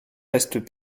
restent